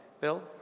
Bill